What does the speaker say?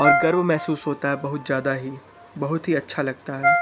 और गर्व महसूस होता है बहुत ज़्यादा ही बहुत ही अच्छा लगता है